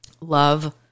love